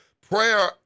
prayer